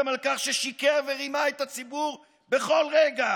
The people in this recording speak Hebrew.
גם על כך ששיקר ורימה את הציבור בכל רגע,